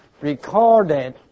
recorded